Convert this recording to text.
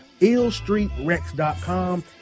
illstreetrex.com